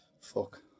fuck